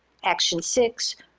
action six,